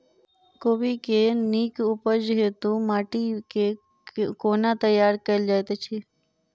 कोबी केँ नीक उपज हेतु माटि केँ कोना तैयार कएल जाइत अछि?